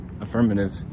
affirmative